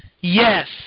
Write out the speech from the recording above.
Yes